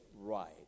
right